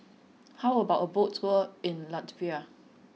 how about a boat tour in Latvia